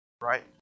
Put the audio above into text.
right